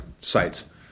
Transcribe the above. sites